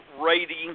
rating